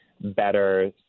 better